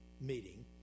meeting